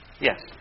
Yes